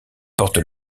porte